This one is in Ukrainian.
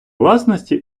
власності